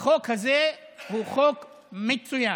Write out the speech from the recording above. החוק הזה הוא חוק מצוין.